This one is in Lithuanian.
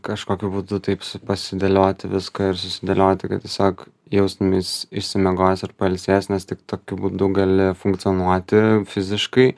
kažkokiu būdu taip su pasidėlioti viską ir susidėlioti kad tiesiog jaustumeis išsimiegojęs ir pailsėjęs nes tik tokiu būdu gali funkcionuoti fiziškai